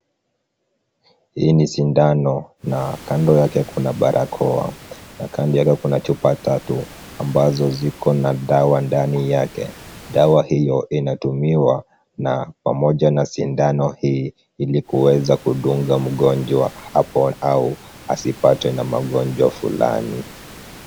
Hii ni sindano na kando yake kuna barakoa na kando kuna chupa tatu ambazo zikona dawa ndani yake. Dawa hiyo inatumiwa pamoja na sindano hii ili kuweza kudunga mgonjwa asipate na magonjwa fulani.